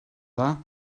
dda